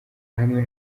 hamwe